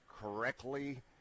correctly